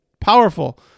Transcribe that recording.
Powerful